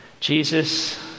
Jesus